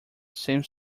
same